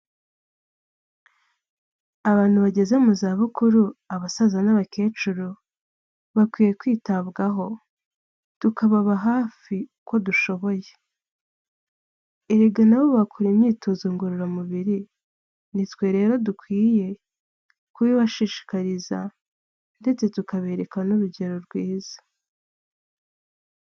Abantu bageze mu za bukuru abasaza n'abakecuru bakwiye kwitabwaho tukababa hafi uko dushoboye, erega nabo bakora imyitozo ngororamubiri, nitwe rero dukwiye kubibashishikariza ndetse tukabereka n'urugero rwiza.